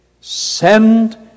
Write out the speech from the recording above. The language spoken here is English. send